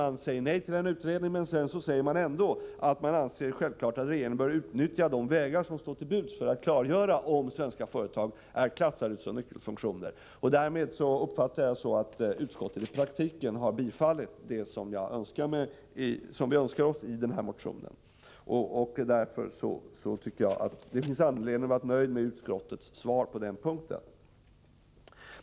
Man säger nej till en utredning men förklarar sedan ändå att man självfallet anser att regeringen bör utnyttja de vägar som står till buds för att klargöra om svenska företag är klassade såsom nyckelfunktioner. Detta uppfattar jag som att utskottet i praktiken tillstyrker vad vi föreslår i denna motion. Därför finns det anledning för oss att vara nöjda med utskottets svar på denna punkt.